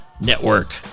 network